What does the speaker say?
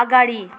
अगाडि